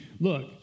look